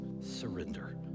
surrender